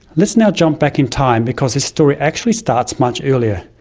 lets' now jump back in time, because the story actually starts much earlier.